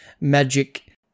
magic